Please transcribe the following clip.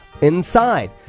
inside